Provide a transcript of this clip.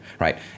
right